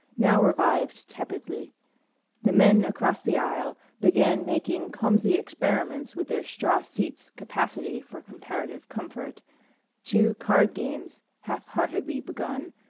now revived tepidly the men across the aisle began making clumsy experiments with their straw seats' capacity for comparative comfort two card games, half-heartedly begun,